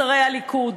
שרי הליכוד.